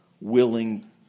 willing